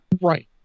right